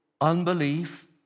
unbelief